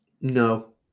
No